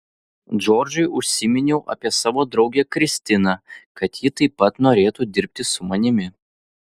džordžui užsiminiau apie savo draugę kristiną kad ji taip pat norėtų dirbti su manimi